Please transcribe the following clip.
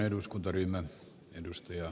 herra puhemies